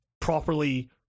properly